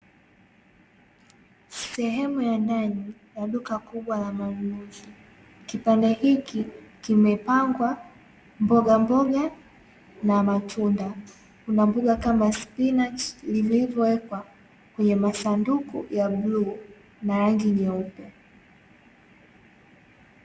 Sehemu ya ndani ya duka kubwa la manunuzi, kipande hiki kimepangwa mbogamboga na matunda. Kuna mboga kama spinachi lilivyoekwa kwenye masanduku ya bluu na ya rangi nyeupe.